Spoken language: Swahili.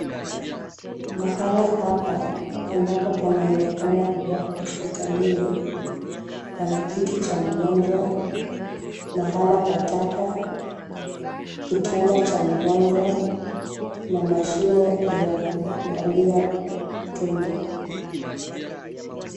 Mahala hapa ambapo panaonekana kuwa hospitalini pana kiti cha mgonjwa, mahala pa taka, kitanda cha mgonjwa na mashine ya kuangalia tumbo.